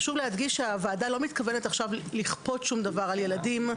חשוב להדגיש שהוועדה לא מתכוונת עכשיו לכפות שום דבר על ילדים.